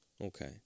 Okay